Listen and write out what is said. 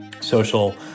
social